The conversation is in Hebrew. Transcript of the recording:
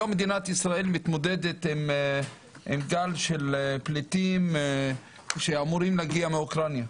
היום מדינת ישראל מתמודדת עם גל של פליטים שאמורים להגיע מאוקראינה.